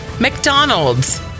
McDonald's